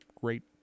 great